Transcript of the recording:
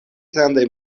grandaj